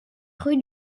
rue